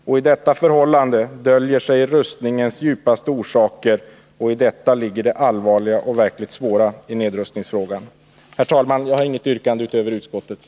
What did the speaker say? I detta förhållande döljer sig rustningens djupaste orsaker, och i detta ligger det allvarliga och verkligt svåra i nedrustningsfrågan. Herr talman! Jag har inget yrkande utöver utskottets.